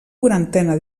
quarantena